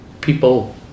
people